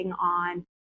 on